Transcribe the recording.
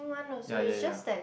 ya ya ya